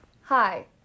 Hi